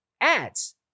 ads